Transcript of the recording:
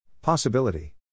Possibility